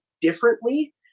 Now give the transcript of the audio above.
differently